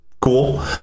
Cool